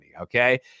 okay